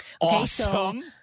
Awesome